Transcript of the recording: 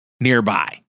nearby